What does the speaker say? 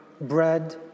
bread